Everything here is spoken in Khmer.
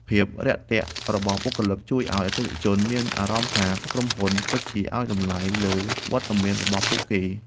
ភាពរាក់ទាក់របស់បុគ្គលិកជួយឱ្យអតិថិជនមានអារម្មណ៍ថា ក្រុមហ៊ុនពិតជាឱ្យតម្លៃលើវត្តមានរបស់ពួកគេ។